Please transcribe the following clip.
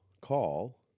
call